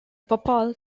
papal